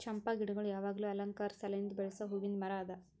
ಚಂಪಾ ಗಿಡಗೊಳ್ ಯಾವಾಗ್ಲೂ ಅಲಂಕಾರ ಸಲೆಂದ್ ಬೆಳಸ್ ಹೂವಿಂದ್ ಮರ ಅದಾ